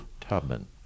Tubman